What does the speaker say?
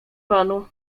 panu